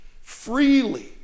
freely